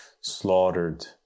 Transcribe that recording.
slaughtered